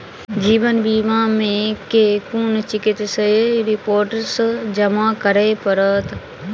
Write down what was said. जीवन बीमा मे केँ कुन चिकित्सीय रिपोर्टस जमा करै पड़त?